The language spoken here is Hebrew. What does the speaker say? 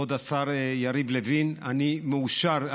כבוד השר יריב לוין, אני מאושר.